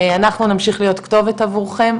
אנחנו נמשיך להיות כתובת עבורכם,